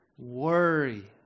Worry